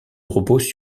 reposent